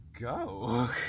go